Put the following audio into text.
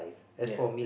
ya